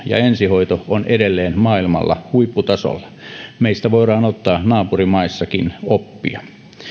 ja ensihoito ovat edelleen maailmalla huipputasolla meistä voidaan ottaa naapurimaissakin oppia